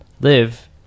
live